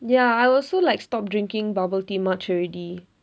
ya I also like stop drinking bubble tea much already